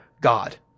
God